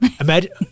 Imagine